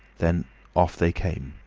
then off they came.